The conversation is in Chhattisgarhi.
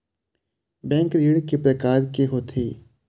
बैंक ऋण के प्रकार के होथे?